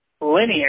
linear